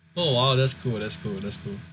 oh !wow! that's cool that's cool